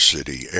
City